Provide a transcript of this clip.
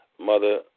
Mother